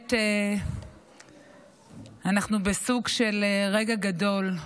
שבאמת אנחנו בסוג של רגע גדול.